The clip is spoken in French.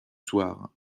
soir